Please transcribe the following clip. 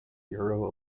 euro